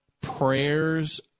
prayers